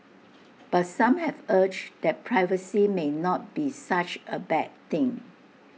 but some have urge that piracy may not be such A bad thing